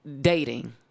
dating